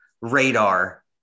radar